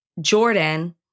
Jordan